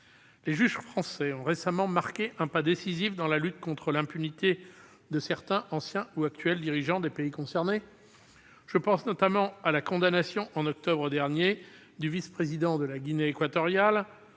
Les juges français ont récemment marqué un pas décisif dans la lutte contre l'impunité de certains des anciens ou actuels dirigeants des pays concernés. Je pense notamment à la condamnation, en octobre 2017, du vice-président de Guinée équatoriale,